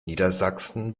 niedersachsen